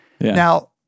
Now